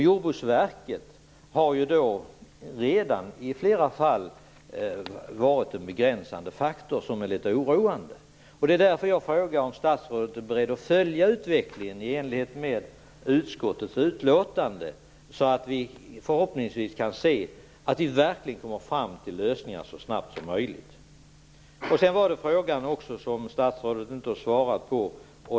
Jordbruksverket har redan i flera fall varit en begränsande faktor som är litet oroande. Det är därför jag frågar om statsrådet är beredd att följa utvecklingen i enlighet med utskottets utlåtande, så att vi verkligen kan komma fram till lösningar så snabbt som möjligt. Jag hade också en fråga som statsrådet inte svarade på.